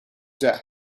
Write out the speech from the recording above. death